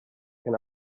can